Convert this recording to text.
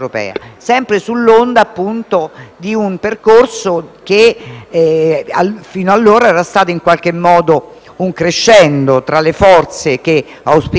di un percorso che fino ad allora era stato un crescendo tra le forze che auspicavano fortemente l'uscita